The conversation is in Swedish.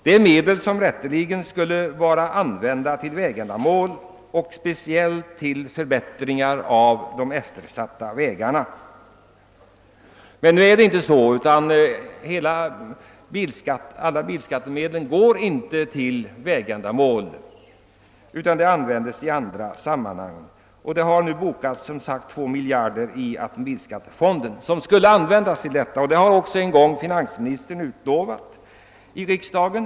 Detta är medel som rätteligen skulle användas till vägändamål och speciellt till förbättringar av de eftersatta vägarna. Men så är inte fallet. Alla bilskattemedel går inte till vägändamål, utan en del används i andra sammanhang. Det finns som sagt 2 miljarder kronor i automobilskattemedel som alltså borde användas för vägändamål, och en gång har också finansministern lovat detta i riksdagen.